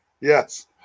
Yes